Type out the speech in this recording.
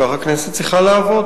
ככה הכנסת צריכה לעבוד.